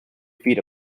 feet